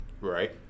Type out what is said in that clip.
Right